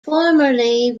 formerly